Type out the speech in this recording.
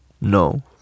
No